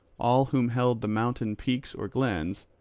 all who held the mountain peaks or glens,